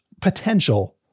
potential